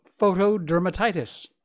photodermatitis